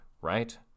right